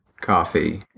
coffee